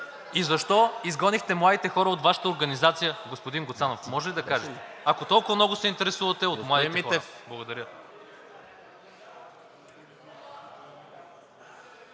И защо изгонихте младите хора от Вашата организация, господин Гуцанов? Може ли да кажете, ако толкова много се интересувате от младите хора? Благодаря.